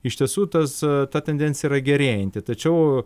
iš tiesų tas ta tendencija yra gerėjanti tačiau